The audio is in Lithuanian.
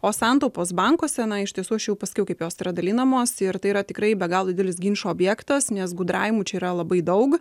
o santaupos bankuose na iš tiesų aš pasakiau kaip jos yra dalinamos ir tai yra tikrai be galo didelis ginčo objektas nes gudravimų čia yra labai daug